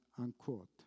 unquote